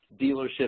dealership